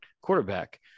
quarterback